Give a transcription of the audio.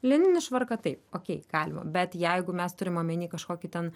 lininį švarką taip okei galima bet jeigu mes turim omeny kažkokį ten